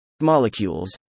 Molecules